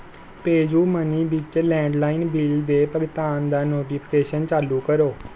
PayUmoney ਵਿੱਚ landline bill ਦੇ ਭੁਗਤਾਨ ਦਾ ਨੋਟੀਫਿਕੇਸ਼ਨ ਚਾਲੂ ਕਰੋ